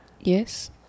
yes